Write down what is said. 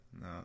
No